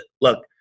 look